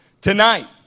Tonight